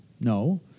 No